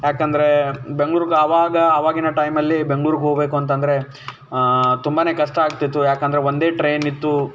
ಯಾಕೆಂದ್ರೆ ಬೆಂಗ್ಳೂರಿಗೆ ಆವಾಗ ಆವಾಗಿನ ಟೈಮಲ್ಲಿ ಬೆಂಗ್ಳೂರಿಗೆ ಹೋಗಬೇಕು ಅಂತ ಅಂದ್ರೆ ತುಂಬನೇ ಕಷ್ಟ ಆಗ್ತಿತ್ತು ಯಾಕೆಂದ್ರೆ ಒಂದೇ ಟ್ರೈನಿತ್ತು